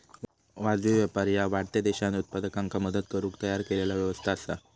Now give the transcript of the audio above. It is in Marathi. वाजवी व्यापार ह्या वाढत्या देशांत उत्पादकांका मदत करुक तयार केलेला व्यवस्था असा